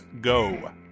go